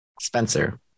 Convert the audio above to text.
Spencer